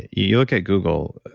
you look at google,